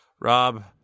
Rob